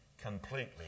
completely